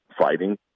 fighting